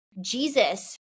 Jesus